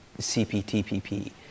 CPTPP